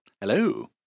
Hello